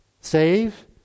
save